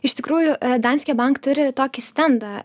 iš tikrųjų danske bank turi tokį stendą